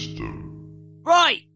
Right